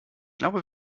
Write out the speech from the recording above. glaube